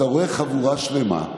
אתה רואה חבורה שלמה,